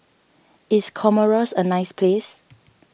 is Comoros a nice place